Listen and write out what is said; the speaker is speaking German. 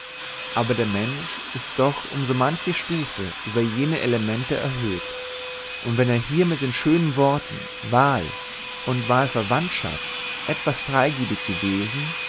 aber der mensch ist doch um so manche stufe über jene elemente erhöht und wenn er hier mit den schönen worten wahl und wahlverwandtschaft etwas freigebig gewesen